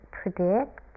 predict